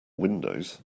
windows